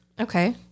Okay